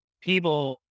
people